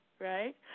right